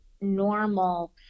normal